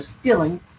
stealing